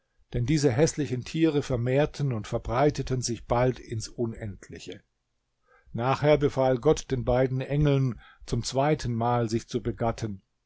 denn diese häßlichen tiere vermehrten und verbreiteten sich bald ins unendliche nachher befahl gott den beiden engeln zum zweiten mal sich zu begatten